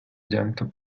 llanto